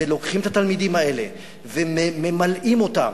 ולוקחים את התלמידים האלה וממלאים אותם.